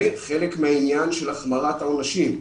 זה חלק מהעניין של החמרת העונשים.